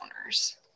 owners